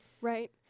right